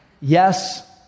Yes